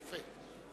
יפה.